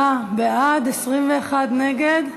29 בעד, 21 נגד.